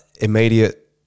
immediate